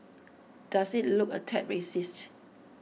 does it look a tad racist